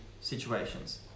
situations